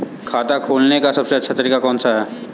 खाता खोलने का सबसे अच्छा तरीका कौन सा है?